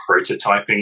prototyping